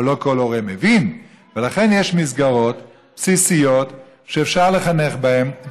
אבל לא כל הורה מבין' ולכן יש מסגרות בסיסיות שאפשר לחנך בהן,